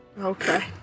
Okay